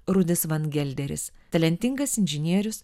rudis vangelderis talentingas inžinierius